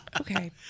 Okay